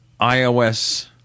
iOS